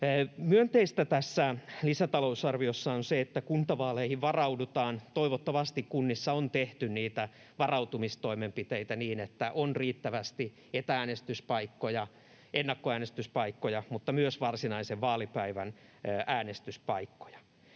Myönteistä tässä lisätalousarviossa on se, että kuntavaaleihin varaudutaan. Toivottavasti kunnissa on tehty niitä varautumistoimenpiteitä, niin että on riittävästi ennakkoäänestyspaikkoja mutta myös varsinaisen vaalipäivän äänestyspaikkoja.